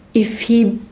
if he